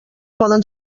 poden